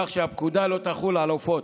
כך שהפקודה לא תחול על עופות,